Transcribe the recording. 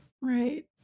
right